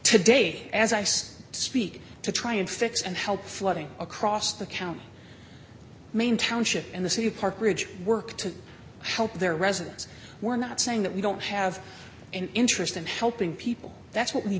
today as ice speak to try and fix and help flooding across the county main township in the city park ridge work to help their residents we're not saying that we don't have an interest in helping people that's what we